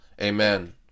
Amen